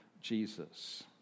Jesus